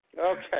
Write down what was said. Okay